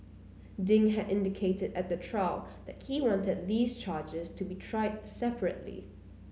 Ding had indicated at the trial that he wanted these charges to be tried separately